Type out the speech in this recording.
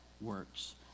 works